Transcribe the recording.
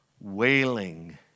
wailing